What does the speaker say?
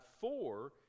four